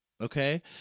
okay